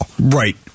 Right